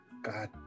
god